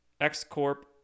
X-Corp